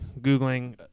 Googling